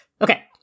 Okay